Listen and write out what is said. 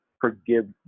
forgive